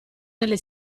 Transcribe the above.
nelle